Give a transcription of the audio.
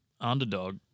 Underdog